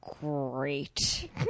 great